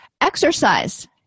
Exercise